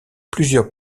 plusieurs